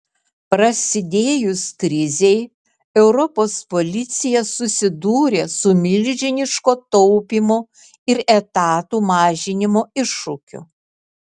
prasidėjus krizei europos policija susidūrė su milžiniško taupymo ir etatų mažinimo iššūkiu